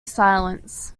silence